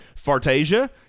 Fartasia